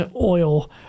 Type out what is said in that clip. oil